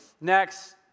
next